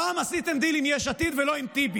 אבל אתה, הפעם עשיתם דיל עם יש עתיד ולא עם טיבי.